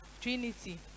Trinity